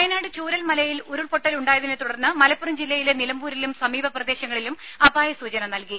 വയനാട് ചൂരൽ മലയിൽ ഉരുൾപൊട്ടലുണ്ടായതിനെ തുടർന്ന് മലപ്പുറം ജില്ലയിലെ നിലമ്പൂരിലും സമീപ പ്രദേശങ്ങളിലും അപായ സൂചന നൽകി